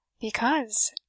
Because